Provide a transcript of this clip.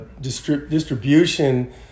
distribution